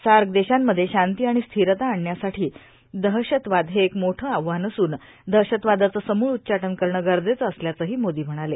SAARC देशांमध्ये शांती आणि स्थिरता आणण्यासाठी दहशतवाद हे एक मोठं आव्हान असून दहशतवादाचं समूळ उच्चाटन करणं गरजेचं असल्याचंही मोदी म्हणाले